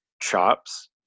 chops